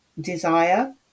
desire